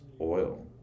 oil